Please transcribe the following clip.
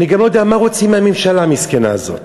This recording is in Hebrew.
אני גם לא יודע מה רוצים מהממשלה המסכנה הזאת.